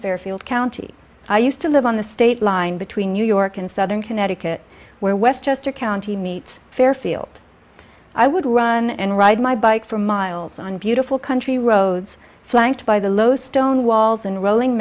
fairfield county i used to live on the state line between new york and southern connecticut where westchester county meets fairfield i would run and ride my bike for miles on beautiful country roads flanked by the low stone walls and rolling